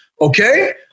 Okay